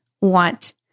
want